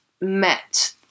Met